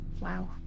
Wow